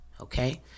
okay